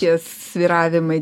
tie svyravimai